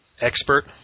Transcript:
expert